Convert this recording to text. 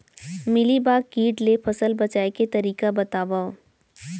Mealybug किट ले फसल बचाए के तरीका बतावव?